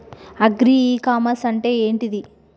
Agri e commerce అంటే ఏంటిది?